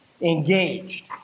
Engaged